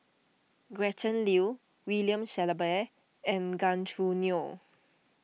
Gretchen Liu William Shellabear and Gan Choo Neo